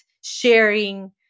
sharing